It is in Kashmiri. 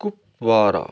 کُپوارہ